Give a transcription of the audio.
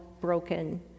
broken